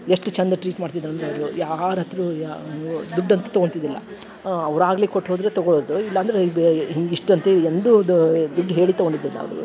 ಎಷ್ಟು ಚಂದ ಟ್ರೀಟ್ ಮಾಡ್ತಿದ್ರ ಅಂದರೆ ಅವರು ಯಾರು ಹತ್ರವು ದುಡ್ಡು ಅಂತು ತಗೊಂತಿದ್ದಿಲ್ಲ ಅವ್ರ ಆಗಲಿ ಕೊಟ್ಟು ಹೋದರೆ ತಗೊಳೋದು ಇಲ್ಲಂದರೆ ಬೇ ಹಿಂಗೆ ಇಷ್ಟ ಅಂತೆ ಎಂದು ಇದು ದುಡ್ಡು ಹೇಳಿ ತಗೊಂಡಿದ್ದಿಲ್ಲ ಅವರು